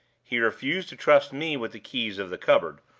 he refused to trust me with the keys of the cupboard,